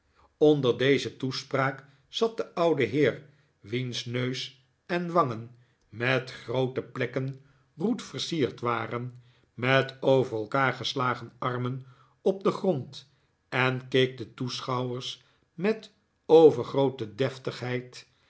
onder deze toespraak zat de oude heer wiens neus en wangen met groote plekken roet versierd waren met over elkaar geslagen armen op den grond en keek de toeschouwers met overgroote